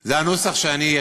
זה הנוסח שיש לי.